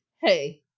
hey